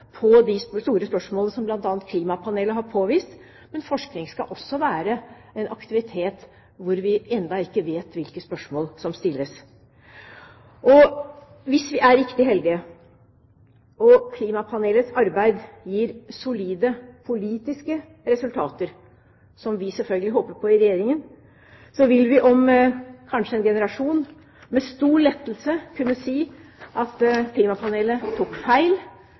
på de store spørsmålene, som bl.a. klimapanelet har påvist, men forskning skal også være en aktivitet hvor vi ennå ikke vet hvilke spørsmål som stilles. Hvis vi er riktig heldige, og klimapanelets arbeid gir solide politiske resultater – som vi selvfølgelig håper på i Regjeringen – vil vi om kanskje en generasjon med stor lettelse kunne si at klimapanelet tok feil.